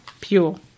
pure